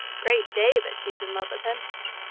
great day, but she's in love with him!